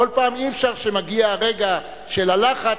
אי-אפשר כל פעם שמגיע הרגע של הלחץ,